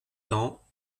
temps